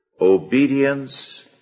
obedience